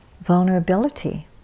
vulnerability